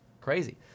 Crazy